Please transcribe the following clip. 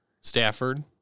Stafford